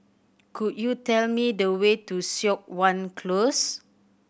could you tell me the way to Siok Wan Close